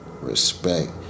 Respect